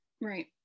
Right